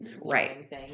Right